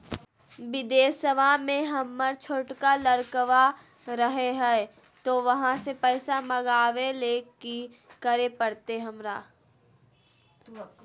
बिदेशवा में हमर छोटका लडकवा रहे हय तो वहाँ से पैसा मगाबे ले कि करे परते हमरा?